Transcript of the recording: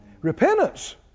Repentance